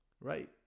Right